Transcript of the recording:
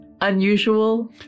unusual